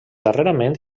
darrerament